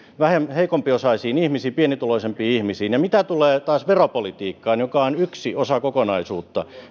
heikompiosaisiin ihmisiin pienempituloisiin ihmisiin mitä tulee taas veropolitiikkaan joka on yksi osa kokonaisuutta